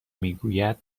میگوید